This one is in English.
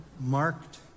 marked